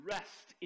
Rest